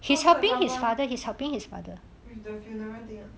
做他的爸爸 with the funeral thing ah